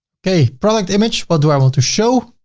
okay. product image what do i want to show?